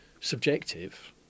subjective